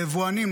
ליבואנים,